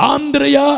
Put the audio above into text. Andrea